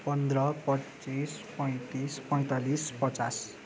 पन्ध्र पच्चिस पैँतिस पैँतालिस पचास